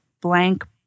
blank